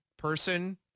person